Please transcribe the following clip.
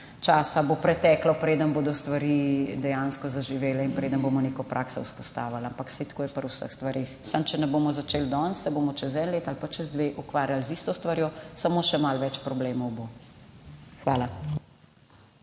časa bo preteklo, preden bodo stvari dejansko zaživele in preden bomo neko prakso vzpostavili. Ampak saj tako je pri vseh stvareh. Samo če ne bomo začeli danes, se bomo čez eno leto ali pa čez dve ukvarjali z isto stvarjo, samo še malo več problemov bo. Hvala.